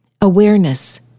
Awareness